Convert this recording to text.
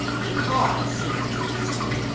because, he answered testily,